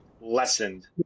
lessened